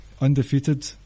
undefeated